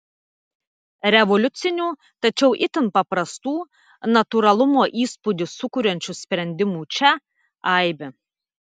revoliucinių tačiau itin paprastų natūralumo įspūdį sukuriančių sprendimų čia aibė